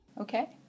Okay